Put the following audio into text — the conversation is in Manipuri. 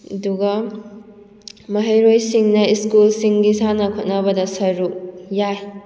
ꯑꯗꯨꯒ ꯃꯍꯩꯔꯣꯏꯁꯤꯡꯅ ꯁ꯭ꯀꯨꯜꯁꯤꯡꯒꯤ ꯁꯥꯟꯅ ꯈꯣꯠꯅꯕꯗ ꯁꯔꯨꯛ ꯌꯥꯏ